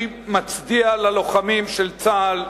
אני מצדיע ללוחמים של צה"ל,